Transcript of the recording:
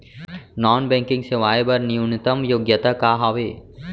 Non banking सेवाएं बर न्यूनतम योग्यता का हावे?